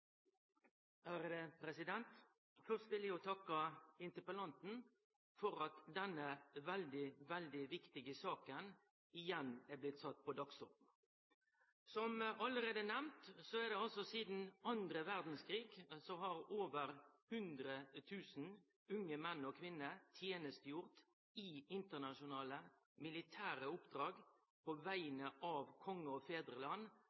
og andre. Først vil eg takke interpellanten for at denne veldig viktige saka igjen er blitt sett på dagsordenen. Som allereie nemnt, har det sidan den andre verdskrigen vore over 100 000 unge menn og kvinner som har tenestegjort i internasjonale militære oppdrag på vegner av konge og fedreland,